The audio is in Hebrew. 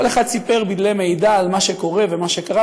כל אחד סיפר בדלי מידע על מה שקורה ועל מה שקרה,